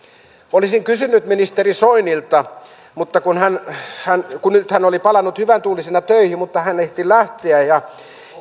olisin kysynyt ministeri soinilta kun hän hän nyt oli palannut hyväntuulisena töihin mutta hän ehti lähteä ja